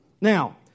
Now